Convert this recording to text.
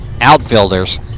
outfielders